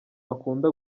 akunda